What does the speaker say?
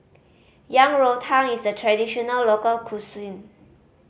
Yang Rou Tang is a traditional local cuisine